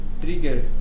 trigger